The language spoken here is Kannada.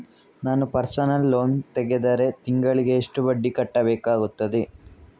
ನಾನು ಪರ್ಸನಲ್ ಲೋನ್ ತೆಗೆದರೆ ತಿಂಗಳಿಗೆ ಎಷ್ಟು ಬಡ್ಡಿ ಕಟ್ಟಬೇಕಾಗುತ್ತದೆ?